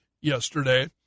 yesterday